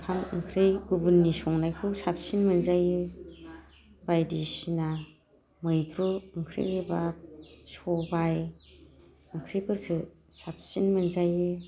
ओंखाम ओंख्रि गुबुननि संनायखौ साबसिन मोनजायो बायदिसिना मैद्रु ओंख्रि बा सबाय ओंख्रिफोरखौ साबसिन मोनजायो